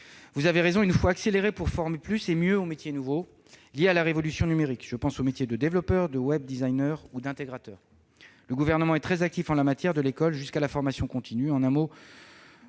Vous avez raison, il faut accélérer, former plus et mieux aux métiers nouveaux liés à la révolution numérique. Je pense aux métiers de développeur, de ou d'intégrateur. Le Gouvernement est très actif en la matière, depuis l'école jusqu'à la formation continue.